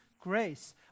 grace